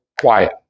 quiet